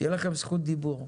תהיה לכם זכות דיבור.